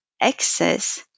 access